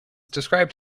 described